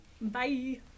Bye